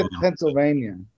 Pennsylvania